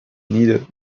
needed